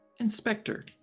Inspector